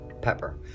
pepper